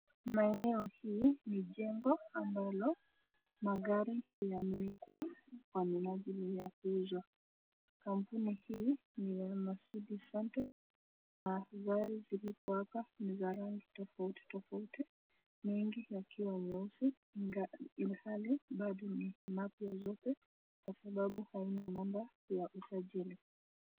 Maeneo hii ni jengo ambalo magari yamewekwa kwa minajili ya kuuzwa. Kampuni hii ni ya mercedes centre na gari zilizo hapa ni za rangi tofauti tofauti, mengi yakiwa nyeusi ilihali gari ni mapya zote kwa sababu haina number ya usajili.